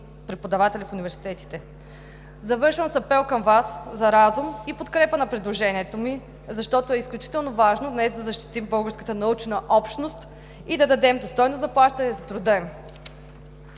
преподаватели в университетите. Завършвам с апел към Вас за разум и подкрепа на предложението ми, защото е изключително важно днес да защитим българската научна общност и да дадем достойно заплащане за труда им.